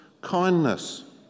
kindness